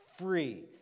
free